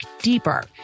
deeper